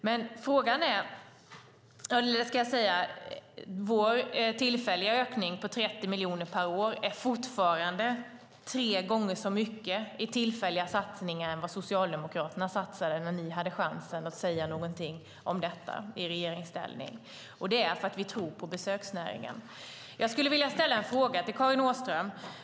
Den tillfälliga ökningen på 30 miljoner per år är fortfarande tre gånger så mycket i tillfälliga satsningar som vad Socialdemokraterna satsade när de hade chansen att säga någonting om detta i regeringsställning. Jag skulle vilja ställa en fråga till Karin Åström.